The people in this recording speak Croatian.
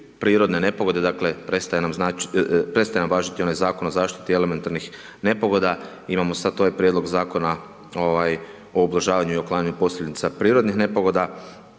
prirodne nepogode, dakle prestaje nam važiti onaj Zakon o zaštiti elementarnih nepogoda, imamo sad ovaj prijedlog Zakona o ublažavanju i uklanjanju posljedica prirodnih nepogoda,